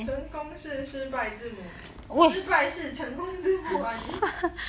成功是失败之母失败是成功之母 I mean